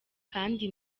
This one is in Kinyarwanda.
kandi